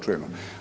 Čujemo.